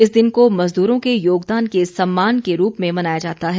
इस दिन को मजद्रों के योगदान के सम्मान के रूप में मनाया जाता है